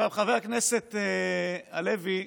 חבר הכנסת הלוי,